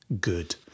good